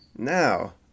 Now